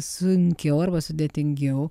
sunkiau arba sudėtingiau